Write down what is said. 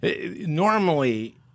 Normally